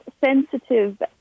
sensitive